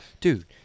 Dude